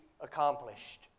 accomplished